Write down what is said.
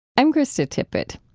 i'm krista tippett.